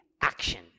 action